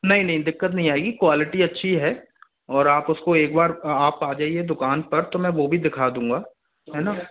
नहीं नहीं दिक्कत नहीं आएगी क्वालिटी अच्छी है और आप उसको एक बार आप आ जाइए दुकान पर तो मैं वो भी दिखा दूंगा है न